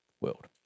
world